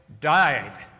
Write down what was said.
died